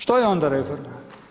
Što je onda reforma?